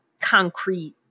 concrete